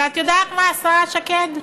אבל את יודעת מה, השרה שקד?